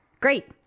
Great